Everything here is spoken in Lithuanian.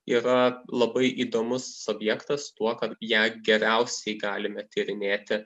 yra labai įdomus objektas tuo kad ją geriausiai galime tyrinėti